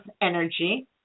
energy